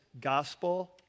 gospel